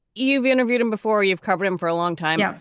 you've interviewed him before. you've covered him for a long time.